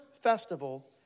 festival